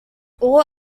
all